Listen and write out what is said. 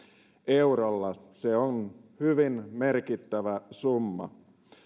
eurolla se on hyvin merkittävä summa